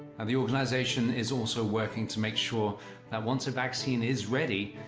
and the organization is also working to make sure that once a vaccine is ready,